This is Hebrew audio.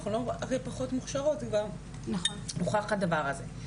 הרי אנחנו לא פחות מוכשרות, וכבר הוכח הדבר הזה.